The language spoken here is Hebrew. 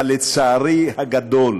אבל לצערי הגדול,